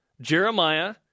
Jeremiah